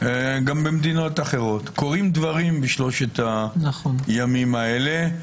גם במדינות אחרות, קורים דברים בשלושת הימים האלה.